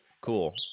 Cool